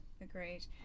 agreed